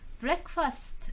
breakfast